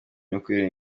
imikorere